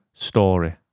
story